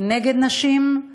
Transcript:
כנגד נשים,